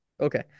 Okay